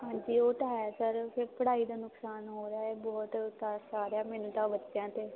ਹਾਂਜੀ ਉਹ ਤਾਂ ਹੈ ਸਰ ਫਿਰ ਪੜ੍ਹਾਈ ਦਾ ਨੁਕਸਾਨ ਹੋ ਰਿਹਾ ਹੈ ਬਹੁਤ ਤਰਸ ਆ ਰਿਹਾ ਮੈਨੂੰ ਤਾਂ ਬੱਚਿਆਂ 'ਤੇ